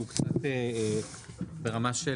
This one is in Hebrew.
חשוב לי כן להגיד עוד משהו שהוא קצת ברמה של